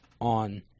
on